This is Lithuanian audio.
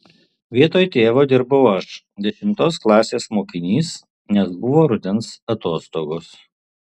vietoj tėvo dirbau aš dešimtos klasės mokinys nes buvo rudens atostogos